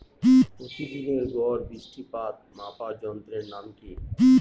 প্রতিদিনের গড় বৃষ্টিপাত মাপার যন্ত্রের নাম কি?